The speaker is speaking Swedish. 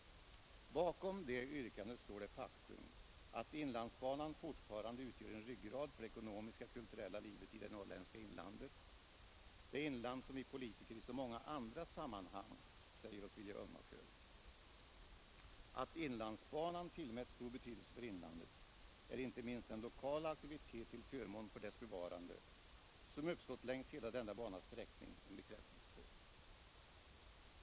Bakom det yrkandet står det faktum att inlandsbanan fortfarande utgör en ryggrad för det ekonomiska och kulturella livet i det norrländska inlandet — det inland som vi politiker i så många andra sammanhang säger oss vilja ömma för. Att inlandsbanan tillmäts stor betydelse för inlandet är inte minst den lokala aktivitet till förmån för dess bevarande, som uppstått längs hela denna banas sträckning, en bekräftelse på.